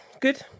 good